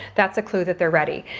that's a clue that they're ready.